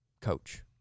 coach